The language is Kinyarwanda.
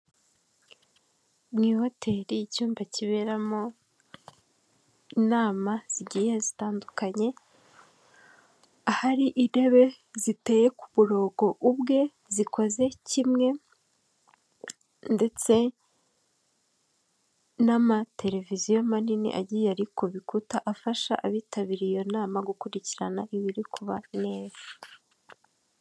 Mu ihoteli icyumba kiberamo inama zigiye zitandukanye ahari intebe ziteye ku murongo ubwe zikoze kimwe ndetse n'amateleviziyo manini agiye ari ku bikuta afasha abitabiriye iyo nama gukurikirana ibiri kuba neza.